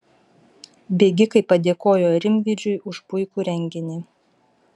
bėgikai padėkojo rimvydžiui už puikų renginį